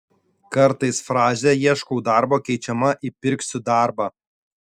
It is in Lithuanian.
kartais frazė ieškau darbo keičiama į pirksiu darbą